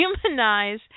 humanize